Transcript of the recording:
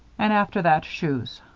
and after that shoes.